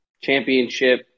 championship